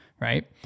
right